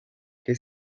que